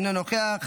אינו נוכח,